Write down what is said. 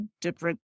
different